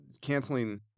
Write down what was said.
canceling